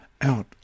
out